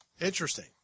Interesting